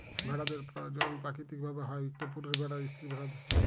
ভেড়াদের পরজলল পাকিতিক ভাবে হ্যয় ইকট পুরুষ ভেড়ার স্ত্রী ভেড়াদের সাথে